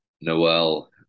Noel